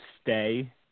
stay